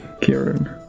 Kieran